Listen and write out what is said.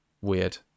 Weird